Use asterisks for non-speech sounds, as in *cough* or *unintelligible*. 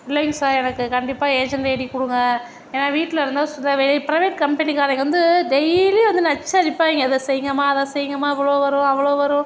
இல்லைங்க சார் எனக்கு கண்டிப்பாக ஏஜென்ட் ஐடி கொடுங்க ஏன்னா வீட்டில் இருந்தா *unintelligible* ப்ரைவேட் கம்பெனி காரவங்க வந்து டெய்லியும் வந்து நச்சரிப்பாங்கே இதை செய்ங்கம்மா அதை செய்ங்கம்மா இவ்வளோ வரும் அவ்வளோ வரும்